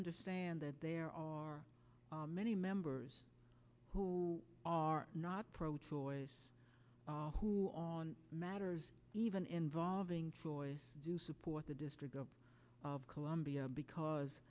understand that there are many members who are not pro choice who on matters even involving choice do support the district of columbia because